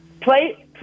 Play